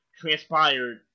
transpired